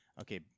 Okay